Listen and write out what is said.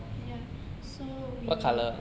ya so we